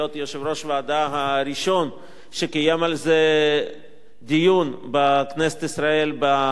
הוועדה הראשון שקיים על זה דיון בכנסת ישראל בוועדה.